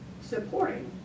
supporting